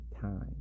time